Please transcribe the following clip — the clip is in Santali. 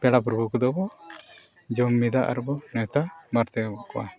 ᱯᱮᱲᱟ ᱯᱨᱚᱵᱷᱩ ᱠᱚᱫᱚ ᱵᱚ ᱡᱚᱢ ᱢᱤᱫᱟ ᱟᱨ ᱵᱚᱱ ᱱᱮᱣᱛᱟ ᱵᱟᱨᱛᱮ ᱠᱚᱣᱟ